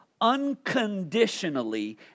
unconditionally